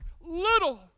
little